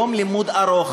יום לימוד ארוך,